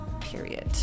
Period